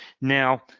now